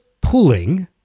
pulling